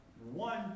One